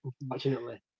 unfortunately